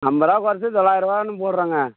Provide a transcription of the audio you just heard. ஐம்பதுரூவா குறச்சு தொள்ளாயிரரூவான்னு போடுறங்க